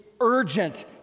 urgent